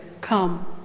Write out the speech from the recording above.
come